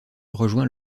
rejoint